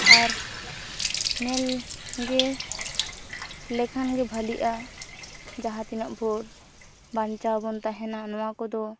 ᱟᱨ ᱧᱮᱞᱜᱮ ᱞᱮᱠᱷᱟᱱ ᱜᱮ ᱵᱷᱟᱞᱮᱜᱼᱟ ᱡᱟᱦᱟᱸ ᱛᱤᱱᱟᱹᱜ ᱵᱷᱳᱨ ᱵᱟᱧᱪᱟᱣᱵᱚᱱ ᱛᱟᱦᱮᱱᱟ ᱱᱚᱣᱟ ᱠᱚᱫᱚ